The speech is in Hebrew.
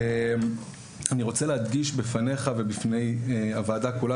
אני רוצה להדגיש בפניך ובפני הוועדה כולה